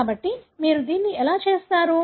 కాబట్టి మీరు దీన్ని ఎలా చేస్తారు